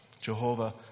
Jehovah